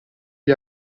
gli